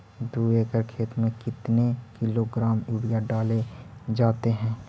दू एकड़ खेत में कितने किलोग्राम यूरिया डाले जाते हैं?